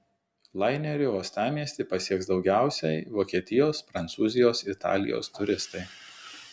laineriu uostamiestį pasieks daugiausiai vokietijos prancūzijos italijos turistai